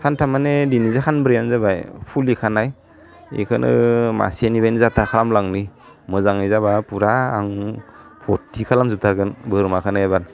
हानथाम माने दिनैजों हानब्रैयानो जाबाय हुलि खानाय बेखोनो मासेनिफ्रायनो जाथ्रा खालामलांनि मोजाङै जाबा फुरा आं फुरथि खालाम जोबथारगोन बोरमाखोनो एबार